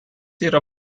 yra